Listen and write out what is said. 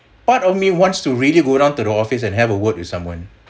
part of me wants to really go down to the office and have a word with someone